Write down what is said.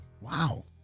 Wow